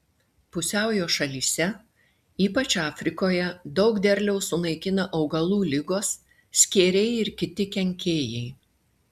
pusiaujo šalyse ypač afrikoje daug derliaus sunaikina augalų ligos skėriai ir kiti kenkėjai